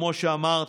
כמו שאמרתי,